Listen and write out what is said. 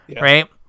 right